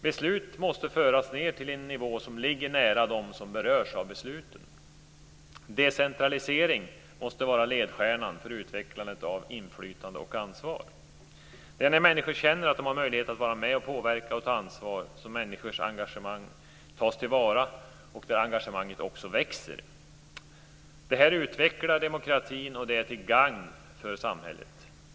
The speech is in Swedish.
Beslut måste föras ned till en nivå som ligger nära dem som berörs. Decentralisering måste vara ledstjärnan för utvecklandet av inflytande och ansvar. Det är när människor känner att de har möjlighet att vara med om att påverka och ta ansvar som deras engagemang tas till vara och även växer. Detta utvecklar demokratin och är även till gagn för samhället.